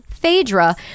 phaedra